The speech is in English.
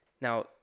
Now